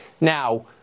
Now